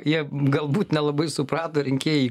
jie galbūt nelabai suprato rinkėjai